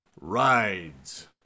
Rides